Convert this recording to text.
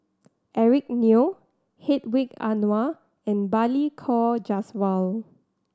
Eric Neo Hedwig Anuar and Balli Kaur Jaswal